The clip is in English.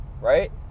Right